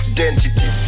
Identity